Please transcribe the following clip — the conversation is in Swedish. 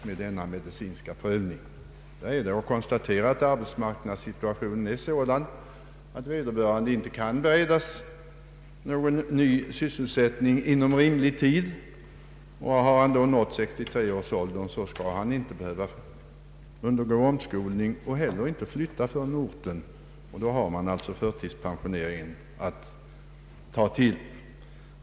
Jag har redan konstaterat att om arbetsmarknadssituationen är sådan att vederbörande inte kan beredas någon ny sysselsättning inom rimlig tid och har nått 63 års ålder, så skall han inte behöva undergå omskolning och heller inte flyttas från orten. Då har man alltså förtidspensioneringen att ta till.